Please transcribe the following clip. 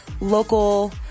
local